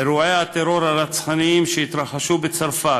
אירועי הטרור הרצחניים שהתרחשו בצרפת,